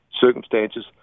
circumstances